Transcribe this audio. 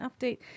update